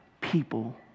people